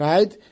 Right